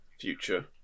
future